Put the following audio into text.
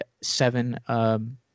seven